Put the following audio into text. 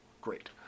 great